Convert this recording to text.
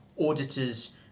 auditors